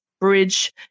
bridge